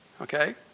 Okay